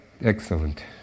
Excellent